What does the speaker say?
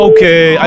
Okay